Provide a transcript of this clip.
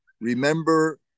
remember